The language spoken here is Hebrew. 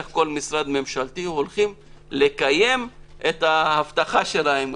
איך כל משרד ממשלתי הולכים לקיים את ההבטחה שלהם.